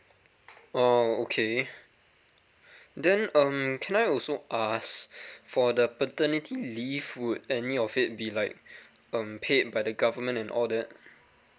oh okay then um can I also ask for the paternity leave would any of it be like um paid by the government and all that